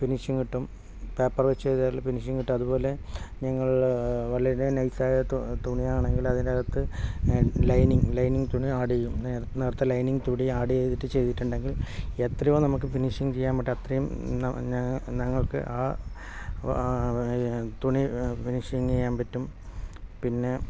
finishing കിട്ടും paper വെച്ചു ചെയ്താൽ ഫിനിഷിംഗ് കിട്ടും അതു ലൈനിങ് ലൈനിങ് തുണി ആഡ് ചെയ്യും നേർത്ത ലൈനിങ് തുണി ആഡ് ചെയ്തിട്ട് ചെയ്തിട്ടുണ്ടെങ്കിൽ എത്രയോ നമുക്ക് ഫിനിഷിങ് ചെയ്യാൻ പറ്റും അത്രയും ന ഞങ്ങൾക്ക് ആ ആ തുണി ഫിനിഷിംഗ് ചെയ്യാൻ പറ്റും പിന്നെ